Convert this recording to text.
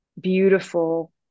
beautiful